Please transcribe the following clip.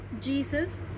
Jesus